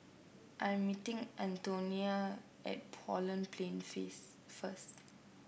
I am meeting Antonina at Holland Plain first